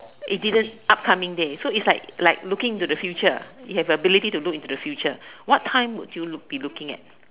it didn't upcoming day so it's like like looking into the future you have the ability to look into the future what time would you loo~ be looking at